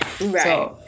Right